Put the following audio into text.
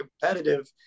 competitive